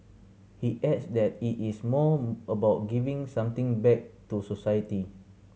he adds that it is more about giving something back to society